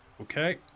Okay